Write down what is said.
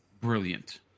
brilliant